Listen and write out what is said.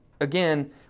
Again